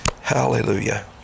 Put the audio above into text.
Hallelujah